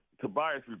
Tobias